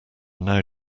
now